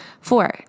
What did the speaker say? Four